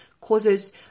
causes